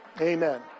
Amen